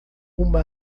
uma